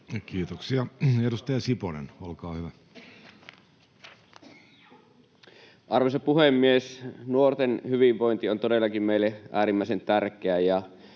Kiitoksia. — Edustaja Siponen, olkaa hyvä. Arvoisa puhemies! Nuorten hyvinvointi on todellakin meille äärimmäisen tärkeää,